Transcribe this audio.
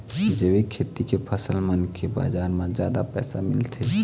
जैविक खेती के फसल मन के बाजार म जादा पैसा मिलथे